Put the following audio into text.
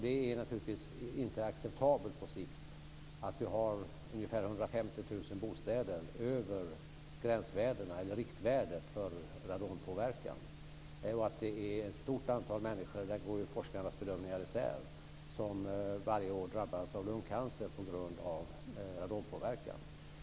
Det är naturligtvis inte acceptabelt på sikt att vi har ungefär 150 000 bostäder som ligger över riktvärdet för radonpåverkan. Det är ett stort antal människor - där går forskarnas bedömningar isär - som varje år drabbas av lungcancer på grund av radonpåverkan.